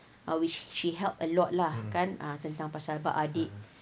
which she she help a lot lah kan tentang pasal apa adik